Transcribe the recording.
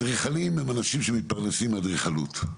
אדריכלים הם אנשים שמתפרנסים מאדריכלות,